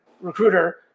recruiter